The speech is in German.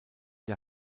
der